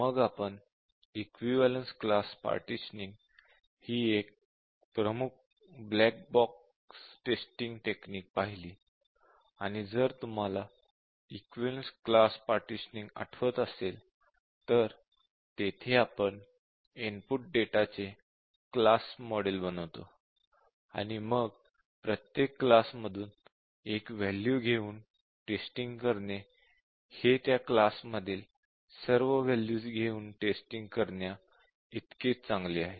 मग आपण equivalence class partitioning ही एक प्रमुख ब्लॅक बॉक्स टेस्टिंग टेक्निक पाहिली आणि जर तुम्हाला इक्विवलेन्स क्लास पार्टिशनिंग आठवत असेल तर तेथे आपण इनपुट डेटाचे क्लास मॉडेल बनवतो आणि मग प्रत्येक क्लास मधून एक वॅल्यू घेऊन टेस्टिंग करणे हे त्या क्लास मधील सर्व वॅल्यूज घेऊन टेस्टिंग करण्याइतके चांगले आहे